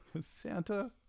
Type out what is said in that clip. Santa